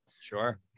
Sure